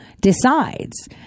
decides